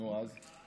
נו, אז?